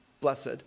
Blessed